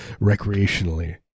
recreationally